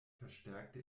verstärkte